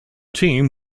team